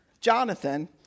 Jonathan